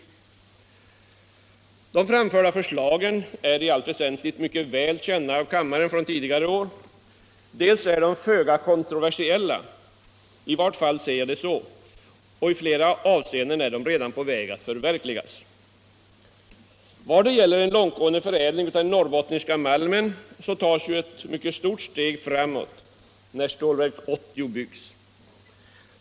De framförda förslagen är i allt väsentligt mycket väl kända av kammaren från tidigare år. De är föga kontroversiella — i varje fall ser jag det så — och i flera avseenden är de redan på väg att förverkligas. Vad gäller en långtgående förädling av den norrbottniska malmen så tas ett mycket stort steg framåt när Stålverk 80 byggs.